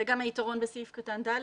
זה גם היתרון בסעיף קטן (ד)